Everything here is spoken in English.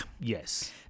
Yes